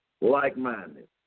like-minded